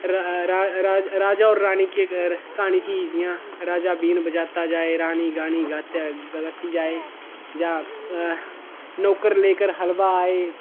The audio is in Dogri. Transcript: राजा और रानी क्हानी थी जि'यां राजा बीन बजाता जाए रानी गाना गाती जाए जां नौकर लेकर हलवा आए